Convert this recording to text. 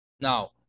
now